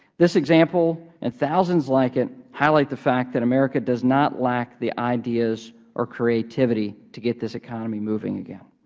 this example and thousands like it highlight the fact that america does not lack the ideas or creativity to get this economy moving again.